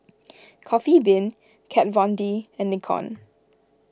Coffee Bean Kat Von D and Nikon